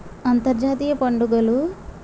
అంతర్జాతీయ పండుగలు